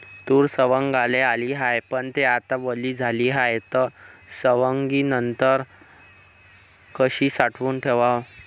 तूर सवंगाले आली हाये, पन थे आता वली झाली हाये, त सवंगनीनंतर कशी साठवून ठेवाव?